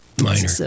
Minor